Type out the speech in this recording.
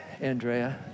Andrea